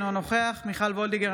אינו נוכח מיכל מרים וולדיגר,